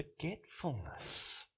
forgetfulness